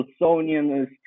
Wilsonianist